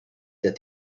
that